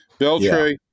Beltray